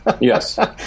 Yes